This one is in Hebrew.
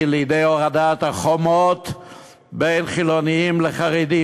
לידי הורדת החומות בין חילונים לחרדים.